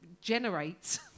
generates